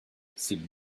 seemed